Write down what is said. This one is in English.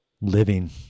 living